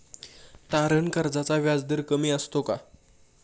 तारण कर्जाचा व्याजदर कमी असतो का?